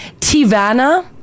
Tivana